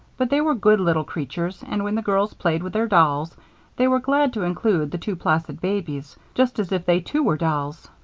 but they were good little creatures and when the girls played with their dolls they were glad to include the two placid babies, just as if they too were dolls.